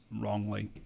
wrongly